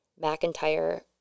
McIntyre